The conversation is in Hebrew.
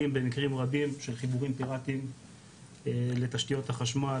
במקרים רבים של חיבורים פיראטיים לתשתיות החשמל,